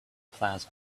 plaza